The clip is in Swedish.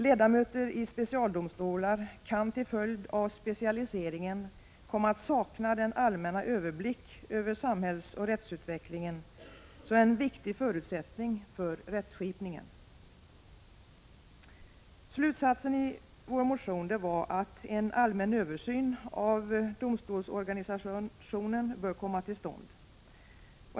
Ledamöter i specialdomstolar kan till följd av specialiseringen komma att sakna den allmänna överblick över samhällsoch rättsutvecklingen som är en viktig förutsättning för rättskipningen. Slutsatsen i vår motion var att en allmän översyn av domstolsorganisationen bör komma till stånd.